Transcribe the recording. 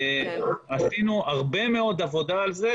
עשינו הרבה מאוד עבודה על זה,